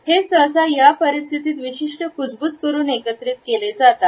हे सहसा या परिस्थितीत विशिष्ट कुजबुज करून एकत्रित केले जाते